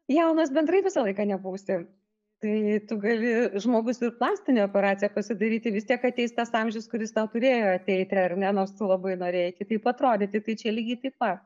jaunas bendrai visą laiką nebūsi tai tu gali žmogus ir plastinę operaciją pasidaryti vis tiek ateis tas amžius kuris tau turėjo ateiti ar ne nors tu labai norėjai kitaip atrodyti tai čia lygiai taip pat